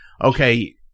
okay